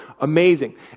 amazing